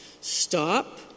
Stop